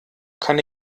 kann